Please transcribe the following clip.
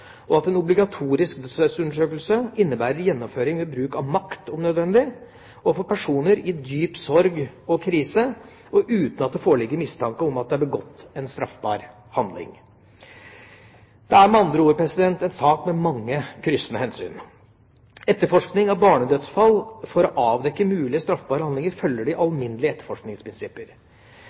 og at en obligatorisk dødsstedsundersøkelse innebærer gjennomføring ved bruk av makt, om nødvendig, overfor personer i dyp sorg og krise, og uten at det foreligger mistanke om at det er begått en straffbar handling. Det er med andre ord en sak med mange kryssende hensyn. Etterforskning av barnedødsfall for å avdekke mulige straffbare handlinger følger de alminnelige etterforskningsprinsipper: